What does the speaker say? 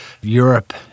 Europe